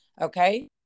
okay